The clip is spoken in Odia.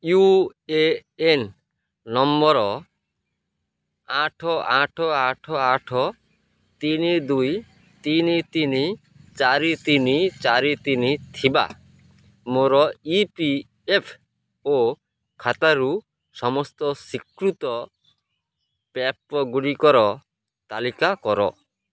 ୟୁ ଏ ଏନ୍ ନମ୍ବର୍ ଆଠ ଆଠ ଆଠ ଆଠ ତିନି ଦୁଇ ତିନି ତିନି ଚାରି ତିନି ଚାରି ତିନି ଥିବା ମୋର ଇ ପି ଏଫ୍ ଓ ଖାତାରୁ ସମସ୍ତ ସ୍ଵୀକୃତ ପ୍ରାପ୍ୟଗୁଡ଼ିକର ତାଲିକା କର